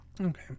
okay